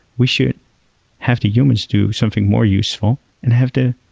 we should have the humans do something more useful and have the